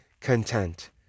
content